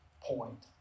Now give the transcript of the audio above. point